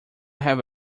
have